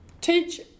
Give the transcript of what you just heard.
teach